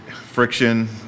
friction